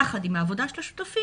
יחד עם העבודה של השותפים,